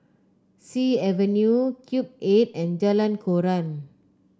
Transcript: Sea Avenue Cube Eight and Jalan Koran